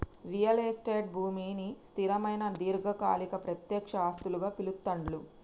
real estate భూమిని స్థిరమైన దీర్ఘకాలిక ప్రత్యక్ష ఆస్తులుగా పిలుత్తాండ్లు